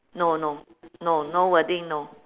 no no no no wording no